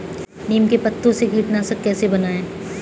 नीम के पत्तों से कीटनाशक कैसे बनाएँ?